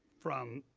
from